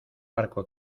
barco